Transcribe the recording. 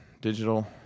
digital